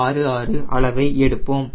66 அளவை எடுப்போம்